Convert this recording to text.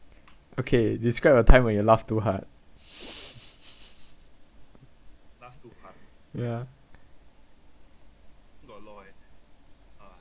okay describe a time when you laugh too hard ya